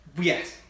yes